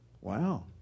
Wow